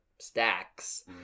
stacks